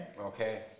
okay